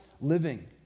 living